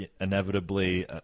inevitably